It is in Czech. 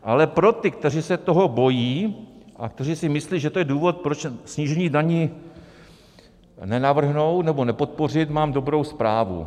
Ale pro ty, kteří se toho bojí a kteří si myslí, že to je důvod, proč snížení daní nenavrhnout nebo nepodpořit, mám dobrou zprávu.